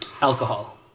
Alcohol